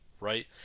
right